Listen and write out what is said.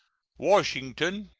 washington,